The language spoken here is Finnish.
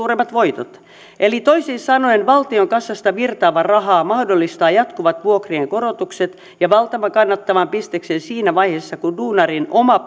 suuremmat voitot eli toisin sanoen valtion kassasta virtaava raha mahdollistaa jatkuvat vuokrien korotukset ja valtavan kannattavan bisneksen siinä vaiheessa kun duunarin oma